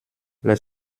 les